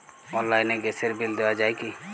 অনলাইনে গ্যাসের বিল দেওয়া যায় কি?